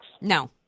No